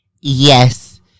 Yes